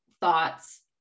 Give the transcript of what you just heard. thoughts